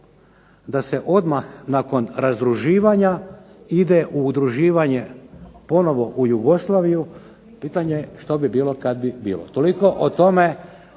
da se odmah nakon razdruživanja ide u pridruživanje ponovno u Jugoslaviju pitanje što bi bilo kada bi bilo. Toliko o tome